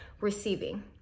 receiving